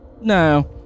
No